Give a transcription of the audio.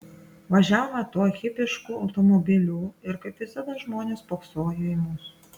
važiavome tuo hipišku automobiliu ir kaip visada žmonės spoksojo į mus